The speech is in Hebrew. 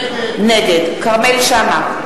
נגד כרמל שאמה,